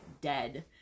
dead